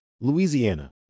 Louisiana